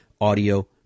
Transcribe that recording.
audio